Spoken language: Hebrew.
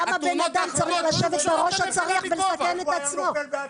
למה בן אדם צריך לשבת בראש הצריח ולסכן את עצמו?